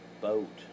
boat